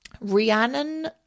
Rhiannon